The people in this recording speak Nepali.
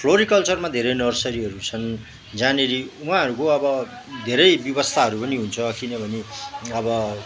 फ्लोरिकल्चरमा धैरै नर्सरीहरू छन् जहाँनिर उहाँहरूको अब धेरै व्यवस्थाहरू पनि हुन्छ किनभने अब